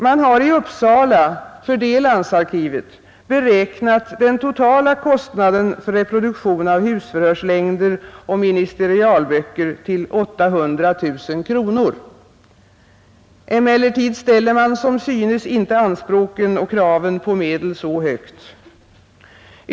Man har i Uppsala, för detta landsarkiv, beräknat den totala kostnaden för reproduktionen av husförhörslängder och ministerialböcker till 800 000 kronor. Emellertid ställer man som synes inte kraven på medel så högt.